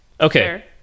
Okay